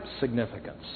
significance